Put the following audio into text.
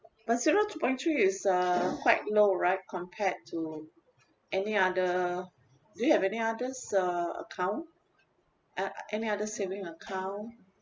but zero point three is uh quite low right compared to any other do you have any others uh account ah any other saving account